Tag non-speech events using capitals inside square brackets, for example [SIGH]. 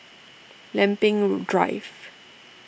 Lempeng [UNINTELLIGIBLE] Drive